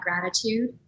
gratitude